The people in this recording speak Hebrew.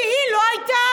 כי היא לא הייתה,